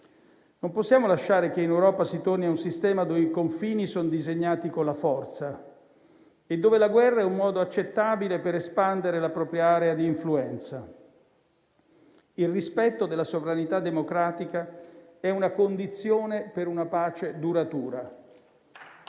Non possiamo lasciare che in Europa si torni ad un sistema dove i confini sono disegnati con la forza e dove la guerra è un modo accettabile per espandere la propria area di influenza. Il rispetto della sovranità democratica è una condizione per una pace duratura